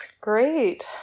Great